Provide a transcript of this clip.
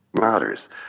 matters